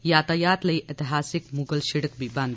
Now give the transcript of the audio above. यातायात लेई ऐतिहासक मुगल शिड़क बी बंद